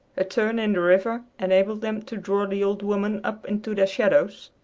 a turn in the river enabled them to draw the old woman up into their shadows,